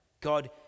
God